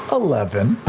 eleven.